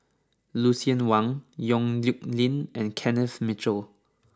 Lucien Wang Yong Nyuk Lin and Kenneth Mitchell